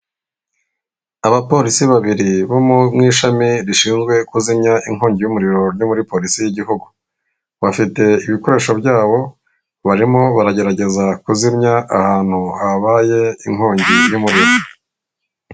Abapolisi babiri bo mu ishami rishinzwe kuzimya inkongi y'umuriro ryo muri polisi y'igihugu bafite ibikoresho byabo barimo baragerageza kuzimya ahantu habaye inkongi y'umuriro.